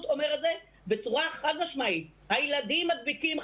אומר את זה בצורה חד משמעית: הילדים מדביקים,